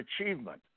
achievement